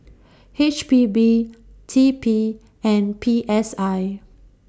H P B T P and P S I